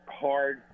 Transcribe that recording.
hard